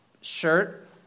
shirt